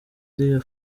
iriya